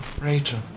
Rachel